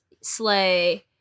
sleigh